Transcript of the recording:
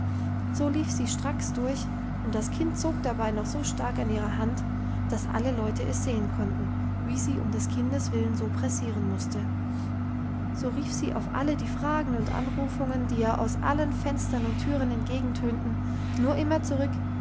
so lief sie stracks durch und das kind zog dabei noch so stark an ihrer hand dass alle leute es sehen konnten wie sie um des kindes willen so pressieren musste so rief sie auf alle die fragen und anrufungen die ihr aus allen fenstern und türen entgegentönten nur immer zurück